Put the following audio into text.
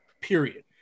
period